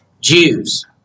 Jews